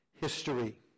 history